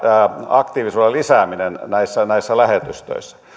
aktiivisuuden lisääminen näissä lähetystöissä